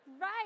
Right